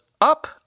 up